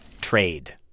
Trade